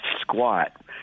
squat